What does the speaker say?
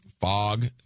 fog